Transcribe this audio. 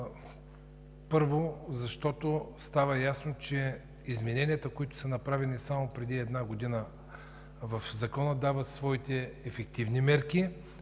защото става ясно, че измененията, които са направени само преди една година в Закона, дават своите ефективни мерки.